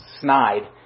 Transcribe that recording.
snide